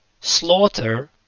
slaughter